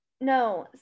No